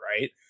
right